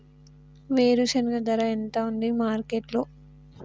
వేరుశెనగ ధర ఎంత ఉంది మార్కెట్ లో?